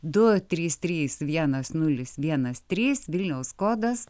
du trys trys vienas nulis vienas trys vilniaus kodas